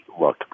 look